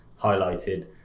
highlighted